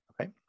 Okay